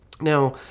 now